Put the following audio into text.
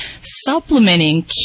supplementing